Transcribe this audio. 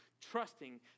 trusting